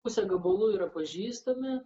pusę gabalų yra pažįstami